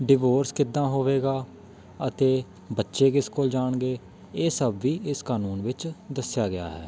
divorce ਕਿੱਦਾਂ ਹੋਵੇਗਾ ਅਤੇ ਬੱਚੇ ਕਿਸ ਕੋਲ ਜਾਣਗੇ ਇਹ ਸਭ ਵੀ ਇਸ ਕਾਨੂੰਨ ਵਿੱਚ ਦੱਸਿਆ ਗਿਆ ਹੈ